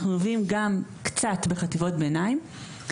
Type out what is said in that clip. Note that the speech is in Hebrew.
אנחנו עובדים גם קצת בחטיבות הביניים.